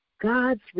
God's